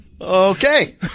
Okay